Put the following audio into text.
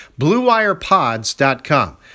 bluewirepods.com